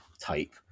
type